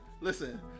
listen